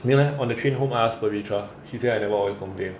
没有 leh on the train home I asked pavitra she say I never always complain